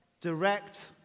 direct